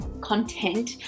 content